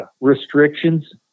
restrictions